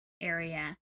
area